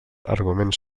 arguments